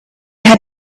had